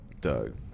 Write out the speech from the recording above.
doug